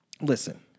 listen